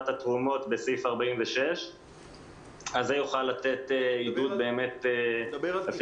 התרומות בסעיף 46. זה יכול לתת עידוד לפילנתרופיה,